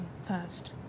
first